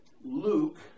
Luke